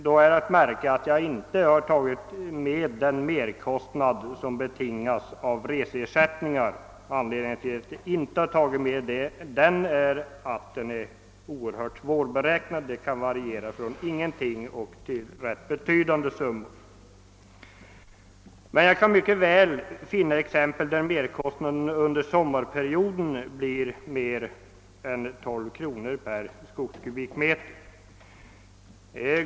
Då är att märka att jag inte har tagit med den merkostnad som betingas av reseersättningar. Anledningen är att denna är oerhört svår att beräkna; den kan variera från ingenting upp till rätt betydande summor. Jag kan även mycket väl finna fall där merkostnaden under sommarperioden blir mera än 12 kr. per kubikmeter skog.